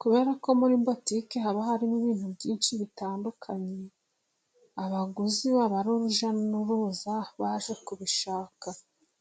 Kubera ko muri botike haba harimo ibintu byinshi bitandukanye, abaguzi baba ari urujya n'uruza baje kubishaka.